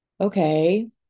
Okay